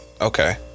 Okay